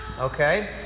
Okay